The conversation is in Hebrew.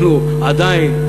עדיין,